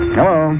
Hello